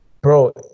Bro